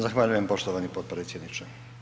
Zahvaljujem poštovani potpredsjedniče.